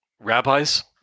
rabbis